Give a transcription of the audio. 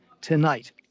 tonight